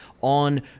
on